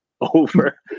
over